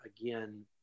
again